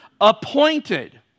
appointed